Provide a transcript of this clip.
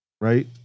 right